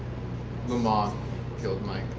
le mans killed mike.